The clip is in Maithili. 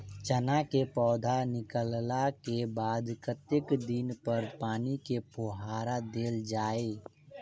चना केँ पौधा निकलला केँ बाद कत्ते दिन पर पानि केँ फुहार देल जाएँ?